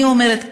אני אומרת,